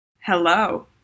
Hello